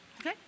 Okay